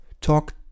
Talk